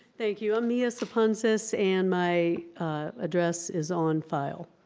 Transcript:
thank you, i'm mia sapunsaz and my address is on file.